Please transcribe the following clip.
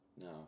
No